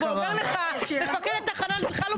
ואומר לך מפקד התחנה שהוא בכלל לא